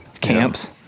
camps